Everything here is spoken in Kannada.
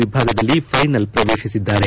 ವಿಭಾಗದಲ್ಲಿ ಫೈನಲ್ ಪ್ರವೇಶಿಸಿದ್ದಾರೆ